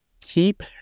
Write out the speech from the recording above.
keep